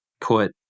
put